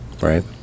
Right